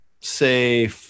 say